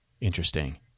Interesting